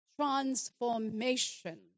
transformation